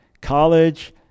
college